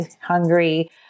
hungry